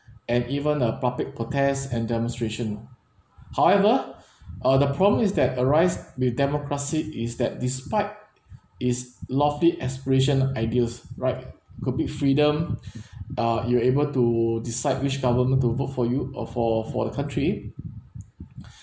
and even a public protests and demonstration however uh the problem is that arise with democracy is that despite is lofty aspiration ideals right could be freedom ah you're able to decide which government to vote for you or for for the country